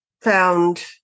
found